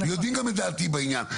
יודעים גם את דעתי בעניין.